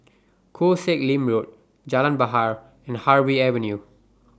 Koh Sek Lim Road Jalan Bahar and Harvey Avenue